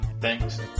Thanks